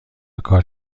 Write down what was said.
کار